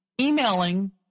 emailing